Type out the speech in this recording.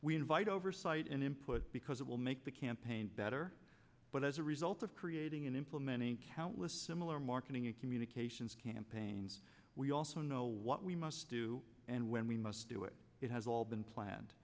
we invite oversight and input because it will make the campaign better but as a result of gating in implementing countless similar marketing and communications campaigns we also know what we must do and when we must do it it has all been planned